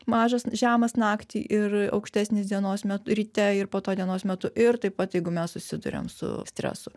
mažas žemas naktį ir aukštesnis dienos me ryte ir po to dienos metu ir taip pat jeigu mes susiduriam su stresu